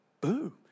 boom